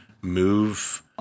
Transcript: move